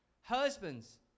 Husbands